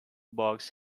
box